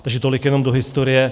Takže tolik jenom do historie.